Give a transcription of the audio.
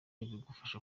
bigufasha